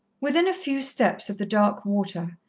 within a few steps of the dark water,